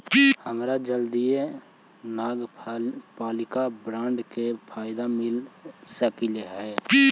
हमरा जल्दीए नगरपालिका बॉन्ड के फयदा मिल सकलई हे